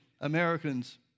Americans